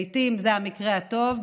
לעיתים, זה המקרה הטוב.